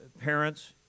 parents